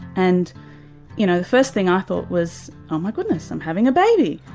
and you know the first thing i thought was oh my goodness, i'm having a baby,